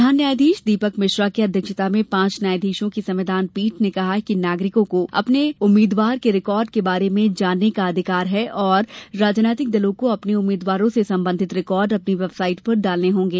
प्रधान न्यायाधीश दीपक मिश्रा की अध्यक्षता में पांच न्यायाधीशों की संविधान पीठ ने कहा कि नागरिकों को अपने उम्मीदवार के रिकॉर्ड के बारे में जानने का अधिकार है और राजनीतिक दलों को अपने उम्मीदवारों से संबंधित रिकॉर्ड अपनी वेबसाइट पर डालने होंगे